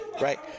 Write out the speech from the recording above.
right